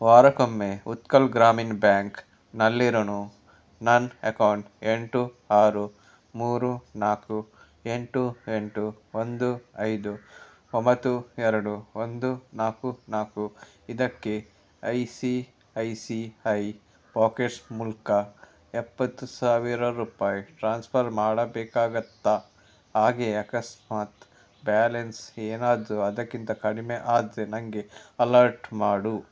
ವಾರಕ್ಕೊಮ್ಮೆ ಉತ್ಕಲ್ ಗ್ರಾಮೀಣ್ ಬ್ಯಾಂಕ್ನಲ್ಲಿರೊ ನನ್ನ ಎಕೌಂಟ್ ಎಂಟು ಆರು ಮೂರು ನಾಲ್ಕು ಎಂಟು ಎಂಟು ಒಂದು ಐದು ಒಂಬತ್ತು ಎರಡು ಒಂದು ನಾಲ್ಕು ನಾಲ್ಕು ಇದಕ್ಕೆ I C I C I pockets ಮೂಲಕ ಎಪ್ಪತ್ತು ಸಾವಿರ ರೂಪಾಯಿ ಟ್ರಾನ್ಸ್ಫರ್ ಮಾಡಬೇಕಾಗುತ್ತಾ ಹಾಗೆ ಅಕಸ್ಮಾತ್ ಬ್ಯಾಲೆನ್ಸ್ ಏನಾದರು ಅದಕ್ಕಿಂತ ಕಡಿಮೆ ಆದರೆ ನನಗೆ ಅಲರ್ಟ್ ಮಾಡು